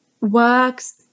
works